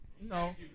No